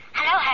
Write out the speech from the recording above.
Hello